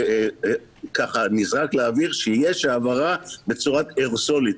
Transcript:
נזרק לאוויר שיש העברה בצורה אירוסולית,